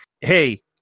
hey